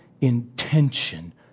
intention